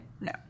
No